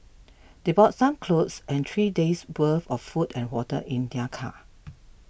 they brought some clothes and three days worth of food and water in their car